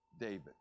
David